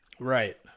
right